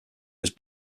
was